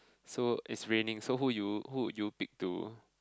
so is raining so who you who you pick to